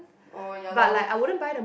oh ya lor